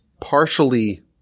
partially